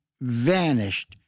vanished